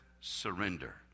surrender